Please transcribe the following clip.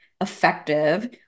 effective